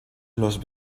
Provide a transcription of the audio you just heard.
los